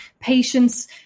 patients